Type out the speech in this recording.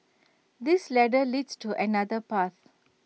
this ladder leads to another path